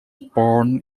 born